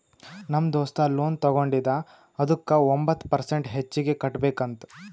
ನಮ್ ದೋಸ್ತ ಲೋನ್ ತಗೊಂಡಿದ ಅದುಕ್ಕ ಒಂಬತ್ ಪರ್ಸೆಂಟ್ ಹೆಚ್ಚಿಗ್ ಕಟ್ಬೇಕ್ ಅಂತ್